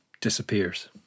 disappears